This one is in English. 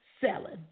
selling